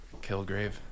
Kilgrave